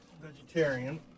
vegetarian